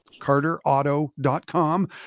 carterauto.com